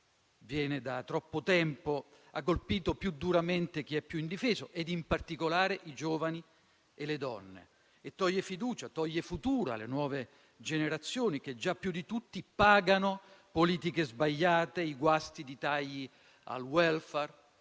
infatti colpito più duramente chi è più indifeso, in particolare i giovani e le donne, e toglie fiducia e futuro alle nuove generazioni, che già più di tutti pagano politiche sbagliate e i guasti dei tagli al *welfare*